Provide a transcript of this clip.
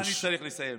מה אני צריך לסיים?